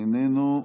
איננו.